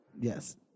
yes